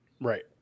Right